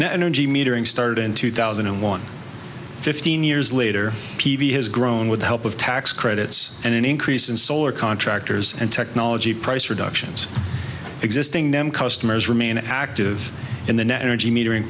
now energy metering started in two thousand and one fifteen years later p v has grown with the help of tax credits and an increase in solar contractors and technology price reductions existing them customers remain active in the net energy metering